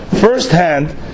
firsthand